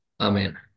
Amen